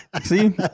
See